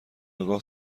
آگاه